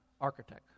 Architect